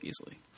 easily